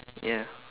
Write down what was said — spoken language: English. ya